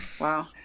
Wow